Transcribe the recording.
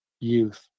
youth